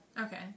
Okay